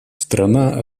страна